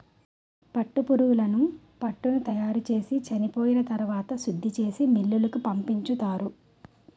పట్టుపురుగులు పట్టుని తయారుచేసి చెనిపోయిన తరవాత శుద్ధిచేసి మిల్లులకు పంపించుతారు